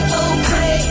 okay